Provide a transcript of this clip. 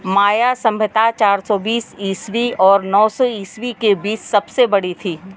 माया सभ्यता चार सौ बीस ईस्वी और नौ सौ ईस्वी के बीच सबसे बड़ी थी